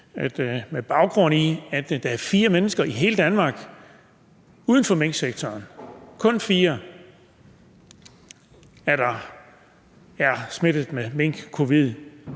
med baggrund i, at det er fire mennesker i hele Danmark uden for minksektoren – kun fire – der er smittet med mink-covid-19,